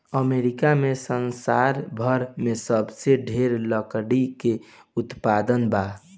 America में संसार भर में सबसे ढेर लकड़ी के उत्पादन बा